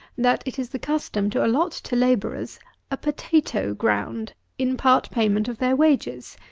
that it is the custom to allot to labourers a potatoe ground in part payment of their wages!